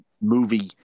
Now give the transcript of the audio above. movie